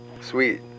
Sweet